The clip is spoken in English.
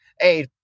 hey